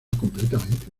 completamente